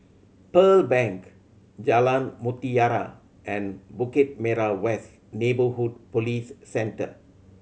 Pearl Bank Jalan Mutiara and Bukit Merah West Neighbourhood Police Centre